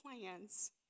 plans